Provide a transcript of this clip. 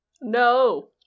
No